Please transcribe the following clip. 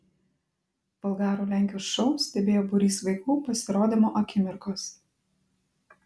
vulgarų lenkių šou stebėjo būrys vaikų pasirodymo akimirkos